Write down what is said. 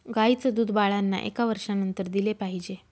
गाईचं दूध बाळांना एका वर्षानंतर दिले पाहिजे